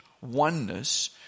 oneness